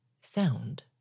sound